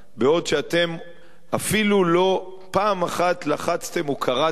בעוד שאתם אפילו לא פעם אחת לחצתם או קראתם,